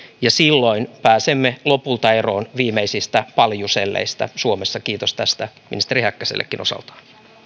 ja silloin pääsemme lopulta eroon viimeisistä paljuselleistä suomessa kiitos tästä ministeri häkkäsellekin osaltaan